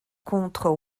contre